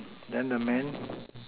then the man